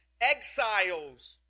exiles